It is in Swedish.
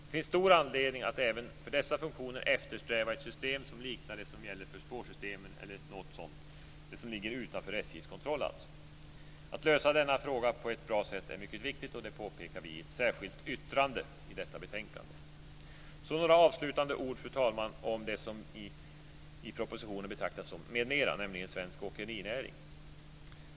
Det finns stor anledning att även för dessa funktioner eftersträva ett system som liknar det som gäller för spårsystemen, alltså det som ligger utanför SJ:s kontroll. Att lösa denna fråga på ett bra sätt är mycket viktigt, och det påpekar vi i ett särskilt yttrande i detta betänkande. Jag ska säga några avslutande ord om det som i propositionen betraktas som m.m., nämligen svensk åkerinäring.